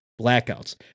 blackouts